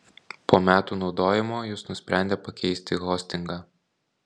po metų naudojimo jis nusprendė pakeisti hostingą